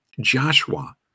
Joshua